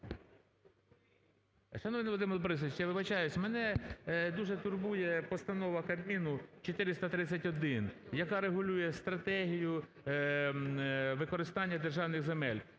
Шановний Володимир Борисович, я вибачаюсь, мене дуже турбує Постанова Кабміну 431, яка регулює стратегію використання державних земель.